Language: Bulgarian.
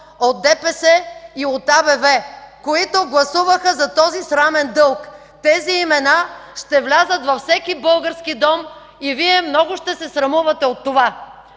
от ДПС и от АБВ, които гласуваха за този срамен дълг. Тези имена ще влязат във всеки български дом и Вие много ще се срамувате от това!